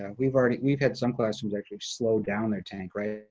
and we've already, we've had some classrooms actually slow down their tank, right?